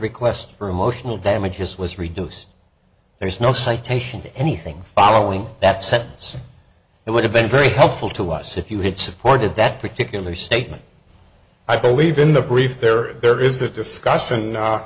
request for emotional damage his was reduced there's no citation to anything following that sentence it would have been very helpful to us if you had supported that particular statement i believe in the brief there are there is that discussion